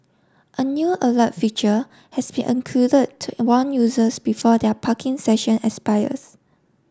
a new alert feature has been included to warn users before their parking session expires